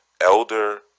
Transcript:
elder